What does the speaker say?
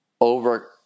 over